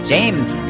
James